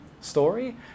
story